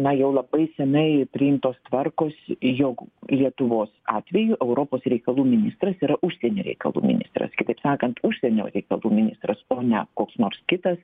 na jau labai seniai priimtos tvarkos jog lietuvos atveju europos reikalų ministras yra užsienio reikalų ministras kitaip sakant užsienio reikalų ministras o ne koks nors kitas